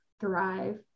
thrive